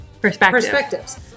perspectives